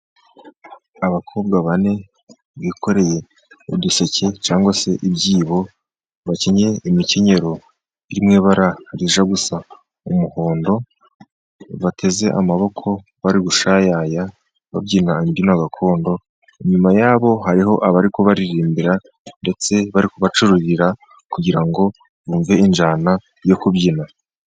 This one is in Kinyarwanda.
Abakobwa bane bikoreye uduseke cyangwa se ibyibo bakenyeye imikenyero irimo ibara rijya gusa umuhondo. Bateze amaboko bari gushayaya babyina imbyino gakondo, inyuma ya bo hariho abari kubaririmbira ndetse bari kubacururira kugira ngo bumve injyana yo kubyina.